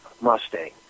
Mustang